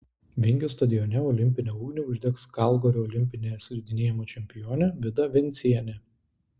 vingio stadione olimpinę ugnį uždegs kalgario olimpinė slidinėjimo čempionė vida vencienė